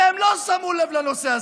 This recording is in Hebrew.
הם לא שמו לב לנושא הזה.